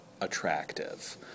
attractive